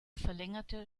verlängerte